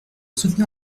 soutenir